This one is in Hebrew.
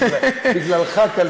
בגללך קלטו,